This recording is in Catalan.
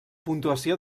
puntuació